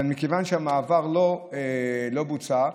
אבל המעבר לא בוצע.